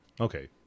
Okay